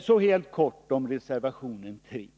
Så helt kort om reservation 3.